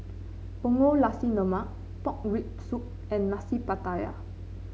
Punggol Nasi Lemak Pork Rib Soup and Nasi Pattaya